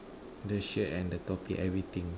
the shirt and the topi everything